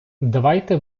давайте